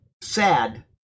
sad